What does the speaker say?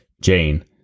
Jane